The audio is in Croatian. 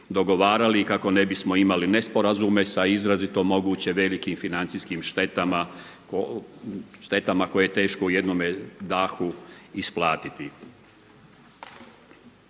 dogovarali i kako ne bismo imali nesporazume sa izrazito mogućim velikim financijskim štetama koje je teško u jednome dahu isplatiti.